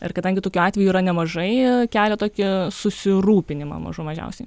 ir kadangi tokiu atveju yra nemažai kelia tokį susirūpinimą mažų mažiausiai